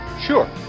Sure